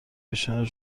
پیشنهاد